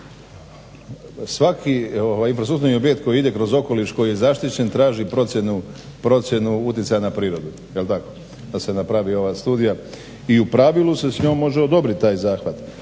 svaki infrastrukturni objekt koji ide kroz okoliš koji je zaštićen traži procjenu uticaja na prirodu jel tako da se napravi ova studija. I u pravilu se s njom može odobriti taj zahvat